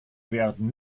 werden